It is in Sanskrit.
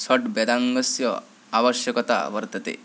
षट्वेदाङ्गस्य आवश्यकता वर्तते